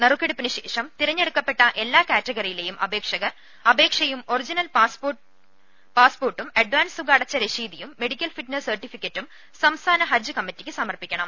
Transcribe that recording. നറുക്കെടുപ്പിന് ശേഷം തെരഞ്ഞെടുക്കപ്പെട്ട എല്ലാ കാറ്റ ഗ റി യി ലെയും അപേക്ഷ കർ അപേക്ഷയും ഒറിജി നൽ പാസ്പോർട്ടും അഡാൻസ് തുക അടച്ച രശീതിയും മെഡിക്കൽ ഫിറ്റ്നസ് സർട്ടിഫിക്കറ്റും സംസ്ഥാന ഹജ്ജ് കമ്മിറ്റിക്ക് സമർപ്പി ക്കണം